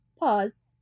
Pause